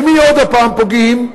במי עוד הפעם פוגעים?